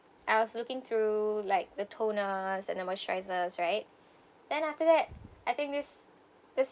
I was looking through like the toner and moisturizer right then after that I think this this